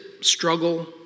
struggle